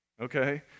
Okay